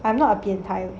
I am not a 变态